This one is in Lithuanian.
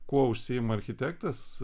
kuo užsiima architektas